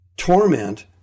torment